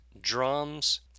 drums